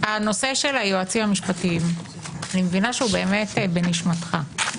הנושא של היועצים המשפטיים אני מבינה שהוא בנשמתך באמת,